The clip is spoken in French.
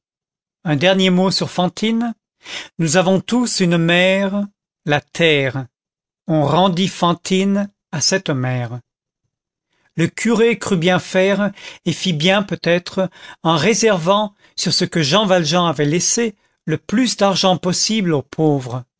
un dernier mot sur fantine nous avons tous une mère la terre on rendit fantine à cette mère le curé crut bien faire et fit bien peut-être en réservant sur ce que jean valjean avait laissé le plus d'argent possible aux pauvres